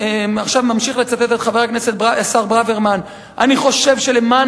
לצטט את השר ברוורמן: אני חושב שלמען